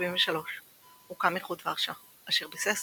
1573 הוקם איחוד ורשה, אשר ביסס